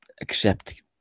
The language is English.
accept